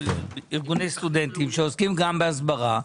ארגוני סטודנטים שעוסקים גם בהסברה,